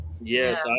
yes